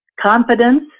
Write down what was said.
Confidence